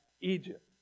Egypt